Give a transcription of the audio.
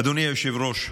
אדוני היושב-ראש,